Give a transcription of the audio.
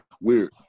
weird